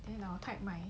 then I will type my